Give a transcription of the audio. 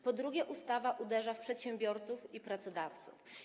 Po drugie, ustawa uderza w przedsiębiorców i pracodawców.